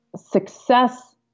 Success